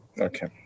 Okay